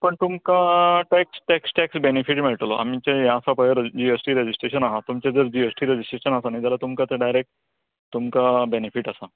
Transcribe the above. पण तुमका tax tax benefit मेळटलो आमचें यें आसा पय जीएस्टी रेजिस्टे्रेशन आहा तुमचे जर जीएस्टी रेजिस्ट्रेशन आसा न्ही जाल्यार तुमका थंय डायरेक्ट तुमकां बेनीफीट आसा